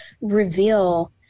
reveal